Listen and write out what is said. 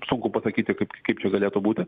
sunku pasakyti kaip kaip čia galėtų būti